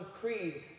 creed